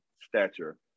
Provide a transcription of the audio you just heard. stature